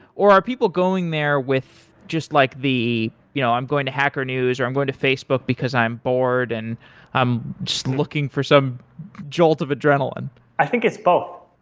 or are people going there with just like the you know i'm going to hacker news, or i'm going to facebook because i am bored, and i'm just looking for some jolt of adrenaline i think it's both.